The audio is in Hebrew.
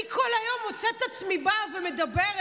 אני כל היום מוצאת את עצמי באה ומדברת